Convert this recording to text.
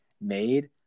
made